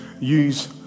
use